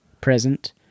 present